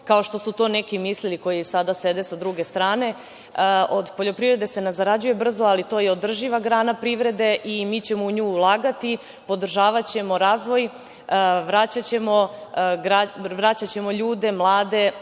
kao što su to neki mislili koji sada sede sa druge strane. Od poljoprivrede se ne zarađuje brzo, ali to je održiva grana privrede i mi ćemo u nju ulagati, podržavaćemo razvoj, vraćaćemo ljude mlade